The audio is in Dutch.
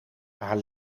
haar